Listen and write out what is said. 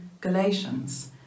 Galatians